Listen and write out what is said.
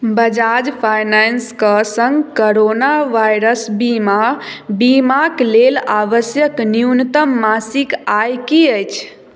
बजाज फाइनेंसके सङ्ग corona virus बीमा बीमाक लेल आवश्यक न्यूनतम मासिक आय की अछि